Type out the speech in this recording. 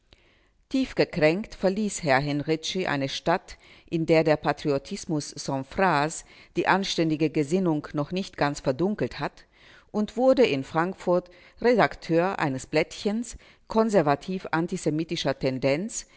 tief gekränkt verließ herr henrici eine stadt in der der patriotismus sans phrase die anständige gesinnung noch nicht ganz verdunkelt hat und wurde in frankfurt redakteur eines blättchens konservativ-antisemitischer tendenz